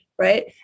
right